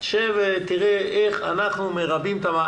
ותראה איך אנחנו מרבעים את המעגל.